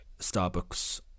Starbucks